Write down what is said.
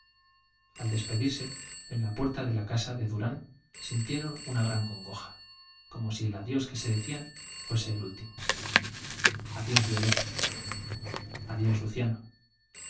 al despedirse en la puerta de la casa de durán sintieron una gran congoja como si el adiós que se decían fuese el último adiós violeta adiós